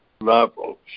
levels